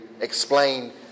explain